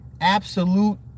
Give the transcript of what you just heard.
absolute